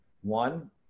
one